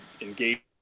engage